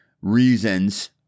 reasons